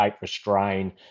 restrain